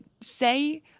say